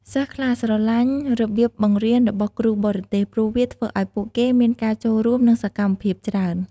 សិស្សខ្លះស្រឡាញ់របៀបបង្រៀនរបស់គ្រូបរទេស ព្រោះវាធ្វើឱ្យពួកគេមានការចូលរួម និងសកម្មភាពច្រើន។